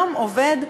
היום עובד,